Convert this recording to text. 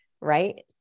right